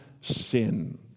sin